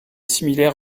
similaire